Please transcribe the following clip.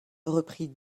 reprit